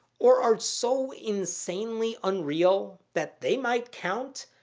or are so insanely unreal that they might count.